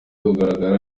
kugaragara